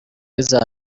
iza